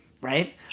right